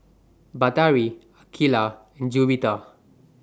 Batari Aqeelah and Juwita